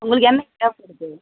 உங்களுக்கு என்னைக்கு தேவைப்படுது